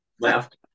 left